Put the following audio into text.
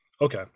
okay